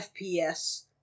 FPS